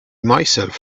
myself